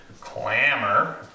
clamor